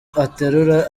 aterura